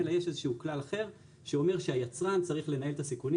אלא יש איזשהו כלל אחר שאומר שהיצרן צריך לנהל את הסיכונים